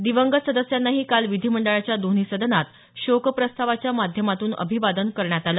दिवंगत सदस्यांनाही काल विधीमंडळाच्या दोन्ही सदनात शोक प्रस्तावाच्या माध्यमातून अभिवादन करण्यात आलं